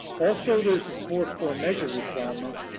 also, there's the four core measure requirement,